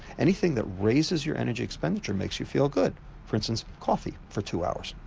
anything that raises your energy expenditure makes you feel good for instance coffee, for two hours,